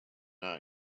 are